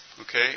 Okay